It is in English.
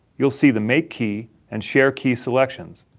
you'll see the make key and share key selections.